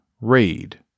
read